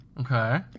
Okay